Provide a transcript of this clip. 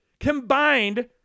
combined